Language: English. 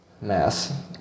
Mass